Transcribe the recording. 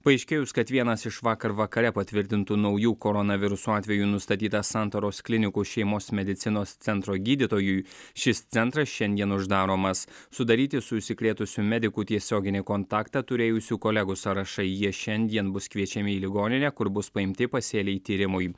paaiškėjus kad vienas iš vakar vakare patvirtintų naujų koronaviruso atvejų nustatytas santaros klinikų šeimos medicinos centro gydytojui šis centras šiandien uždaromas sudaryti su užsikrėtusiu mediku tiesioginį kontaktą turėjusių kolegų sąrašai jie šiandien bus kviečiami į ligoninę kur bus paimti pasėliai tyrimui